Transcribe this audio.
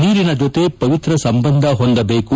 ನೀರಿನ ಜೊತೆ ಪವಿತ್ರ ಸಂಬಂಧ ಹೊಂದಬೇಕು